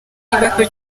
bato